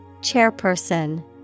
Chairperson